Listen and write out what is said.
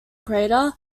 crater